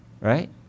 Right